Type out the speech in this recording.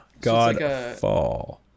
Godfall